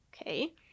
okay